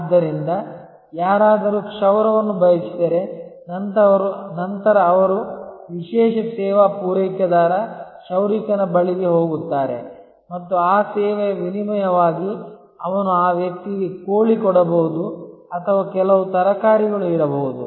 ಆದ್ದರಿಂದ ಯಾರಾದರೂ ಕ್ಷೌರವನ್ನು ಬಯಸಿದರೆ ನಂತರ ಅವರು ವಿಶೇಷ ಸೇವಾ ಪೂರೈಕೆದಾರ ಕ್ಷೌರಿಕನ ಬಳಿಗೆ ಹೋಗುತ್ತಾರೆ ಮತ್ತು ಆ ಸೇವೆಯ ವಿನಿಮಯವಾಗಿ ಅವನು ಆ ವ್ಯಕ್ತಿಗೆ ಕೋಳಿ ಕೊಡಬಹುದು ಅಥವಾ ಕೆಲವು ತರಕಾರಿಗಳು ಇರಬಹುದು